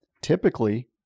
typically